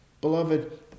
Beloved